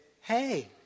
hey